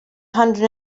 hundred